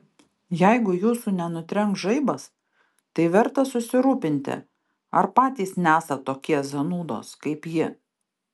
jeigu jūsų nenutrenks žaibas tai verta susirūpinti ar patys nesat tokie zanūdos kaip ji